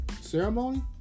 ceremony